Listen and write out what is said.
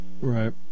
Right